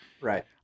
Right